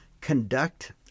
conduct